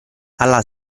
alla